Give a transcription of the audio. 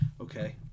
Okay